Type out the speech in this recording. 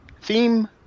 Theme